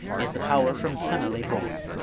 is the power from semele born.